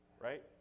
Right